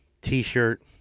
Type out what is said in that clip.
t-shirt